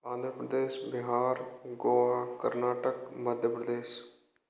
Andhra Pradesh Bihar Goa Karnataka Madhya Pradesh